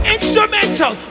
Instrumental